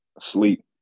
Sleep